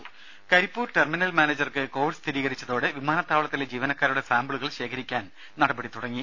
രേര കരിപ്പൂർ ടെർമിനൽ മാനേജർക്ക് കോവിഡ് സ്ഥിരീകരിച്ചതോടെ വിമാനത്താവളത്തിലെ ജീവനക്കാരുടെ സാമ്പിളുകൾ ശേഖരിക്കാൻ നടപടി തുടങ്ങി